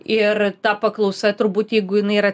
ir ta paklausa turbūt jeigu jinai yra